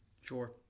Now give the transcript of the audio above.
Sure